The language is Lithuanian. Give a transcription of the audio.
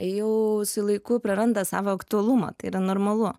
jau laiku praranda savo aktualumą tai yra normalu